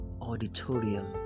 auditorium